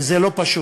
וזה לא פשוט.